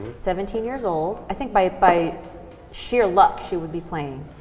seventeen years old, i think, by by sheer luck she would be playing,